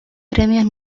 premios